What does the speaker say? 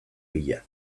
bila